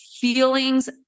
feelings